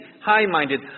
high-minded